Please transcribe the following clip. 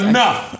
Enough